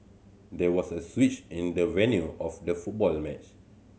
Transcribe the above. there was a switch in the venue of the football match